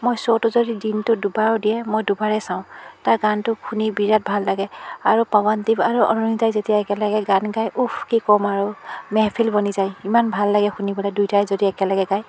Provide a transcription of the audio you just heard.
মই শ্ব'টো যদি দিনটোত দুবাৰো দিয়ে মই দুবাৰে চাওঁ তাৰ গানটো শুনি বিৰাট ভাল লাগে আৰু পৱনদ্বীপ আৰু অৰুণিতাই যেতিয়া একেলগে গান গাই উফ কি ক'ম আৰু মেহফিল বনি যায় ইমান ভাল লাগে শুনিবলৈ দুইটাই যদি একেলগে গায়